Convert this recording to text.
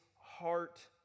heart